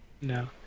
No